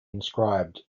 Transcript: inscribed